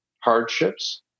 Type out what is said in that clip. hardships